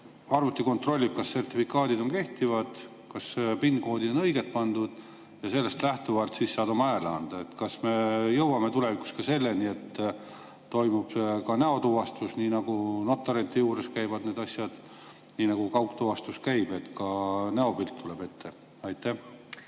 arvuti kontrollib, kas sertifikaadid on kehtivad, kas PIN-koodid on õiged pandud ja sellest lähtuvalt siis saad oma hääle anda. Kas me jõuame tulevikus ka selleni, et toimub näotuvastus, nii nagu notarite juures käivad need asjad? Kaugtuvastus käib nii, et ka näopilt tuleb ette. Aitäh,